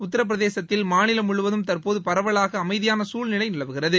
உத்தரப்பிரதேசத்தில் மாநிலம் முழுவதும் தற்போது பரவலாக அமைதியான சூழ்நிலை நிலவுகிறது